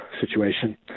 situation